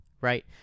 Right